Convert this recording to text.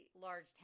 large